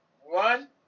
one